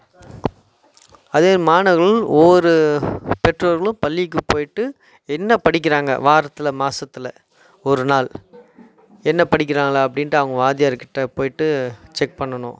அதே மாணவர்கள் ஒவ்வொரு பெற்றோர்களும் பள்ளிக்கு போய்விட்டு என்ன படிக்கிறாங்க வாரத்தில் மாதத்துல ஒரு நாள் என்ன படிக்கிறாங்களா அப்படின்ட்டு அவங்க வாத்தியார் கிட்டே போய்விட்டு செக் பண்ணணும்